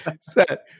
set